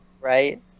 right